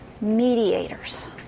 mediators